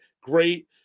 great